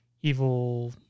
evil